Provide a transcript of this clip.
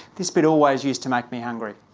this bit always used to make me hungry.